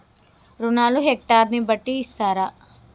రుణాలు హెక్టర్ ని బట్టి ఇస్తారా?